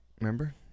Remember